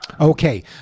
Okay